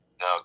No